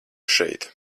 šeit